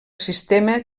sistema